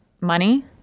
money